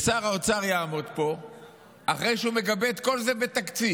ושר האוצר יעמוד פה אחרי שהוא מגבה את כל זה בתקציב